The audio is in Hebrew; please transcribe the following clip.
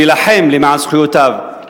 להילחם למען זכויותיו,